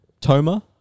Toma